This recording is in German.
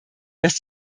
dass